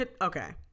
okay